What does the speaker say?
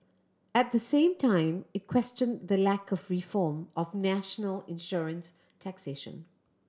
at the same time it questioned the lack of reform of national insurance taxation